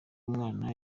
umwana